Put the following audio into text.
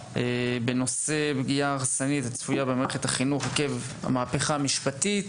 בנושא הפגיעה ההרסנית הצפויה במערכת החינוך עקב המהפכה המשפטית.